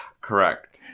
Correct